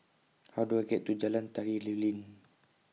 How Do I get to Jalan Tari Lilin